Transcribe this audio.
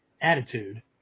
attitude